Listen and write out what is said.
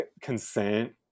consent